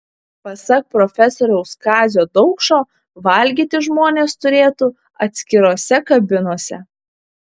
pasak profesoriaus kazio daukšo valgyti žmonės turėtų atskirose kabinose